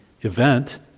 event